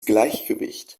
gleichgewicht